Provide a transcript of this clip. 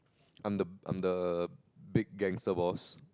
I'm the I'm the err big gangster boss